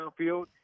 downfield